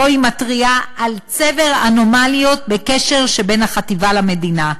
שבו היא מתריעה על "צבר אנומליות" בקשר שבין החטיבה למדינה,